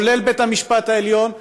כולל בית-המשפט העליון,